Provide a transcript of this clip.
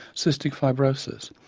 cystic fibrosis,